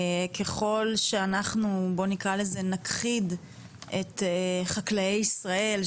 ככל שאנחנו נכחיד את חקלאי ישראל,